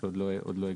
השנייה